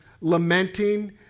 lamenting